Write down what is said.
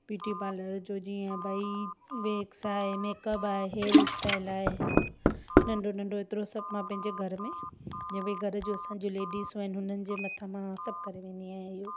beauty parlour जो जीअं भाई वैक्स आहे मेकअप आहे हेयर स्टाइल आहे नंढो नंढो एतिरो सभु मां पंहिंजे घर में जीअं भाई घर जो असांजो लेडीसूं आहिनि हुननि जे मथां मां सभु करे वेंदी आहियां इहो